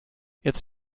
jetzt